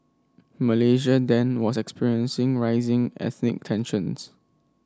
Malaysia then was experiencing rising ethnic tensions